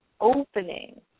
opening